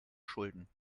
schulden